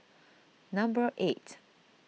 number eight